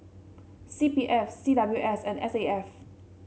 C P F C W S and S A F